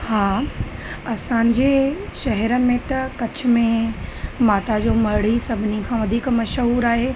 हा असांजे शहर में त कच्छ में माता जो मढ़ ई सभिनी खां वधीक मशहूरु आहे